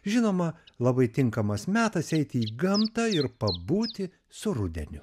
žinoma labai tinkamas metas eiti į gamtą ir pabūti su rudeniu